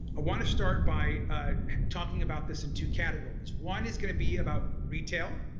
want to start by talking about this in two categories. one is going to be about retail